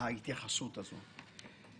ההתייחסות הזאת.